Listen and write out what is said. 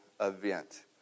event